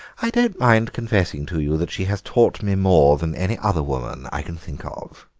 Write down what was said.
i don't mind confessing to you that she has taught me more than any other woman i can think of.